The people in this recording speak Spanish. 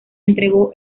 entregó